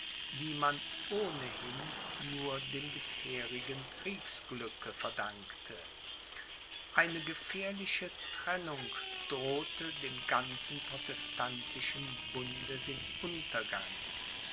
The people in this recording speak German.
die man ohnehin nur dem bisherigen kriegsglücke verdankte eine gefährliche trennung drohte dem ganzen protestantischen bunde den untergang